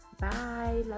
Bye